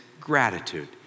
gratitude